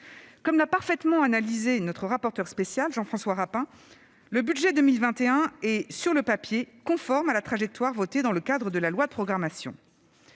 Comme l'a parfaitement analysé notre rapporteur spécial, Jean-François Rapin, le budget 2021 est, sur le papier, conforme à la trajectoire votée dans le cadre de la loi de programmation.